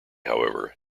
however